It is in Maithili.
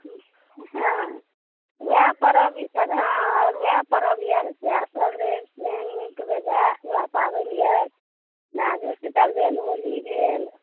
हँ इएह परब इसभ हँ आओर इएह परब यए इएह सएहसभ रहए नीक बेजाय इएह पाबनि यए जुड़शीतल भेल होली भेल